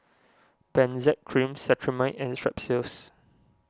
Benzac Cream Cetrimide and Strepsils